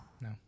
no